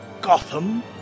Gotham